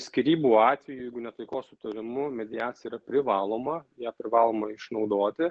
skyrybų atveju jeigu ne taikos sutarimu mediacija yra privaloma ją privaloma išnaudoti